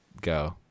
go